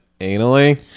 anally